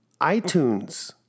iTunes